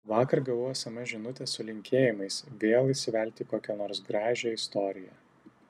vakar gavau sms žinutę su linkėjimais vėl įsivelti į kokią nors gražią istoriją